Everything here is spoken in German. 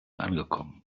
angekommen